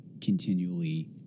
continually